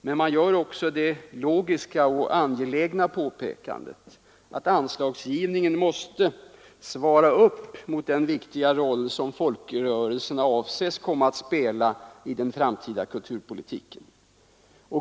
Men man gör också det logiska och angelägna påpekandet att anslagsgivningen måste svara mot den viktiga roll som folkrörelserna avses komma att spela i den framtida kulturpolitiken.